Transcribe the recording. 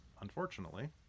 Unfortunately